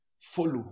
follow